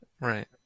Right